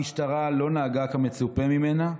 המשטרה לא נהגה כמצופה ממנה,